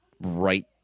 right